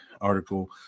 article